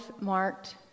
marked